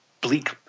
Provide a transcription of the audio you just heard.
bleak